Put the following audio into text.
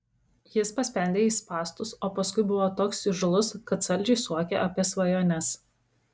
jis paspendė jai spąstus o paskui buvo toks įžūlus kad saldžiai suokė apie svajones